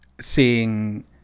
seeing